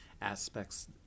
aspects